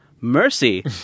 Mercy